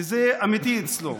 שזה אמיתי אצלו.